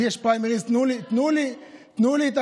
לי יש פריימריז, תנו לי, תנו לי.